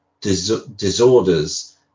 disorders